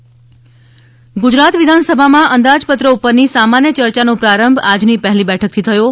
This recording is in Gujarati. વિધાનસભા ચર્ચા ગુજરાત વિધાનસભામાં અંદાજપત્ર ઉપરની સામાન્ય ચર્ચાનો પ્રારંભ આજની પહેલી બેઠકથી થયો હતો